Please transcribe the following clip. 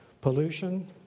pollution